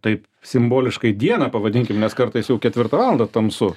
taip simboliškai dieną pavadinkim nes kartais jau ketvirtą valandą tamsu